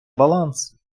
баланс